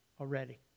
already